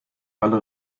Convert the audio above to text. alle